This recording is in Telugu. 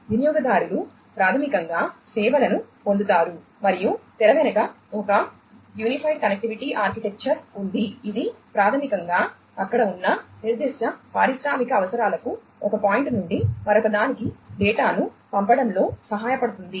వినియోగదారులు ప్రాథమికంగా సేవలను పొందుతారు మరియు తెర వెనుక ఒక యూనిఫైడ్ కనెక్టివిటీ ఆర్కిటెక్చర్ ఉంది ఇది ప్రాథమికంగా అక్కడ ఉన్న నిర్దిష్ట పారిశ్రామిక అవసరాలకు ఒక పాయింట్ నుండి మరొకదానికి డేటాను పంపడంలో సహాయపడుతుంది